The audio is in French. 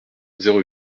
zéro